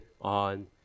on